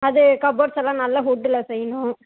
அது கபோட்ஸ் எல்லாம் நல்லா வுட்டுல செய்யணும்